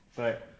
right